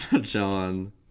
John